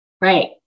Right